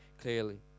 clearly